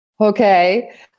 Okay